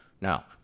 Now